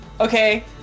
okay